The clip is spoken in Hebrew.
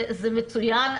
זה מצוין,